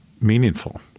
meaningful